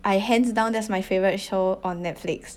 I hands down that's my favorite show on Netflix